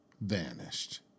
vanished